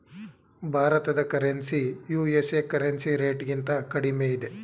ಭಾರತದ currency USA currency ರೇಟ್ಗಿಂತ ಕಡಿಮೆ ಇದೆ